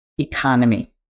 economy